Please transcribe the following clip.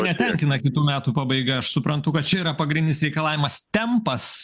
netenkina kitų metų pabaiga aš suprantu kad čia yra pagrindinis reikalavimas tempas